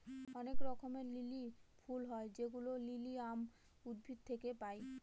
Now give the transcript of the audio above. অনেক রঙের লিলি ফুল হয় যেগুলো লিলিয়াম উদ্ভিদ থেকে পায়